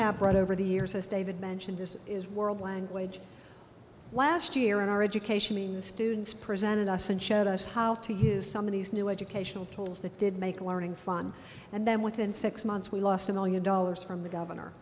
have brought over the years as david mentioned this is world language last year in our education in the students presented us and showed us how to use some of these new educational tools that did make learning fun and then within six months we lost a million dollars from the governor